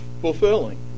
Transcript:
fulfilling